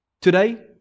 Today